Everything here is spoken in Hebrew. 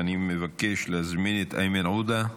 אני מבקש להזמין את איימן עודה,